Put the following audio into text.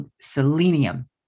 selenium